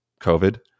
COVID